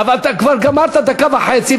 אבל אתה כבר גמרת דקה וחצי,